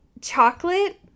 chocolate